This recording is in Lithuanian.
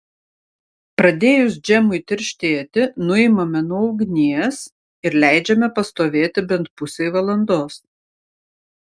pradėjus džemui tirštėti nuimame nuo ugnies ir leidžiame pastovėti bent pusei valandos